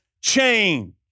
change